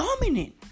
dominant